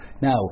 now